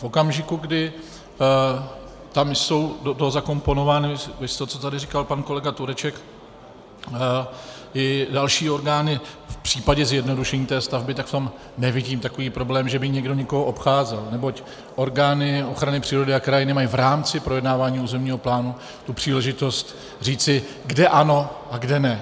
A v okamžiku, kdy jsou do toho zakomponovány viz to, co tady říkal pan kolega Tureček i další orgány v případě zjednodušení té stavby, tak v tom nevidím takový problém, že by někdo někoho obcházel, neboť orgány ochrany přírody a krajiny mají v rámci projednávání územního plánu příležitost říci, kde ano a kde ne.